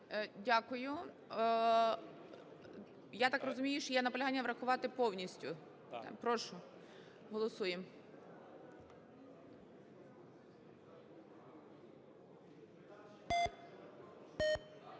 Дякую. Я так розумію, що є наполягання врахувати повністю? Прошу, голосуємо.